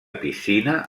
piscina